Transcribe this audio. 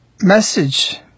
message